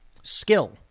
Skill